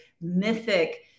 mythic